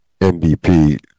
MVP